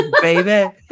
baby